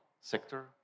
sector